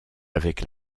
avec